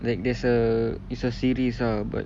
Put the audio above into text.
like there's a it's a series lah but